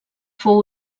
fou